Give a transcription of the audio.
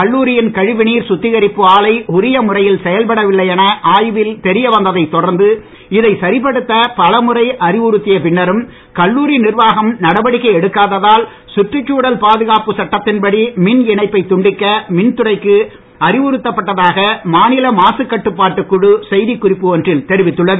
கல்லூரியின் கழிவுநீர் சுத்திகரிப்பு ஆலை உரிய முறையில் செயல்படவில்லை என ஆய்வில் தெரியவந்ததைத் தொடர்ந்து இதை சரிபடுத்த பலமுறை அறிவுறுத்திய பின்னரும் கல்லூரி நிர்வாகம் நடவடிக்கை எடுக்காததால் சுற்றுச்சூழல் பாதுகாப்பு சட்டத்தின்படி மின் இணைப்பை துண்டிக்க மின்துறைக்கு அறிவுறுத்தப்பட்டதாக மாநில மாசுக்கட்டுப்பாட்டுக் குழு செய்திக் குறிப்பு ஒன்றில் தெரிவித்துள்ளது